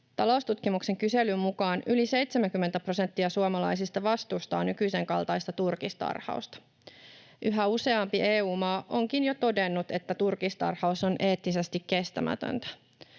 Taloustutkimuksen kyselyn mukaan yli 70 prosenttia suomalaisista vastustaa nykyisenkaltaista turkistarhausta. Yhä useampi EU-maa onkin jo todennut, että turkistarhaus on eettisesti kestämätöntä.